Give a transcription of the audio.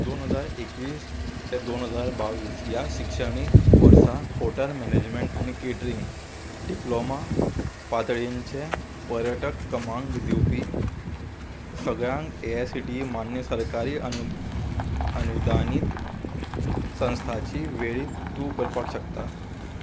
दोन हजार एकवीस ते दोन हजार बावीस ह्या शिक्षणीक वर्सा हॉटेल मॅनेजमेंट आनी केटरिंग डिप्लोमा पातळींचें पर्यटक क्रमांक दिवपी सगळ्यांक A I C T E मान्य सरकारी अनु अनुदानीत संस्थाची वेळीत तूं करपाक शकता